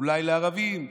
אולי לערבים,